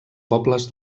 pobles